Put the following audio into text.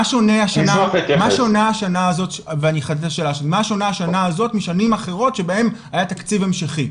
מה שונה השנה הזאת משנים אחרות שבהן היה תקציב המשכי?